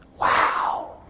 Wow